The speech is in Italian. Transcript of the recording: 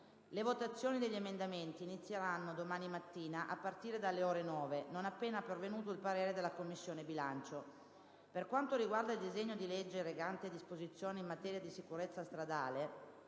Le votazioni degli emendamenti inizieranno domani mattina, a partire dalle ore 9,30 non appena pervenuto il parere della Commissione bilancio. Per quanto riguarda il disegno di legge recante disposizioni in materia di sicurezza stradale,